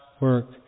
work